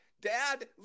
dad